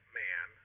man